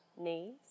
knees